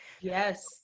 Yes